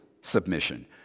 submission